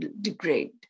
degrade